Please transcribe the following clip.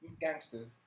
gangsters